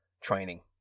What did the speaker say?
training